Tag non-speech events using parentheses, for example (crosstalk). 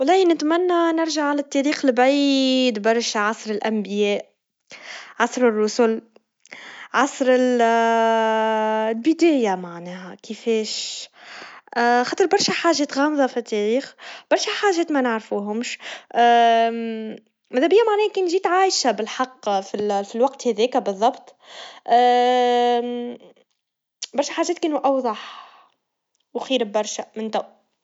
والله نتمنى نرجع للتاريخ لبعيد برشا, عصر الأنبياء, عصر الرسل, عصر ال (hesitation) البدايا معناها, كيفاش خاطر برشا حاجات غامضا في التاريخ, برشا حاجات منعرفوهمش, (hesitation) ماذا بيان معناها كان جيت عايشا بالحق في ال- في الوقت هذاكا بالظبط (hesitation) ن- برشا حاجات كانوا أوضح, وخير برشا من تو.